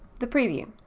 the preview.